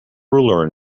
ruler